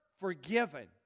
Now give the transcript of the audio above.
forgiven